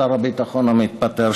שר הביטחון המתפטר,